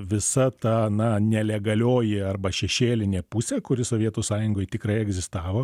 visa ta na nelegalioji arba šešėlinė pusė kuri sovietų sąjungoj tikrai egzistavo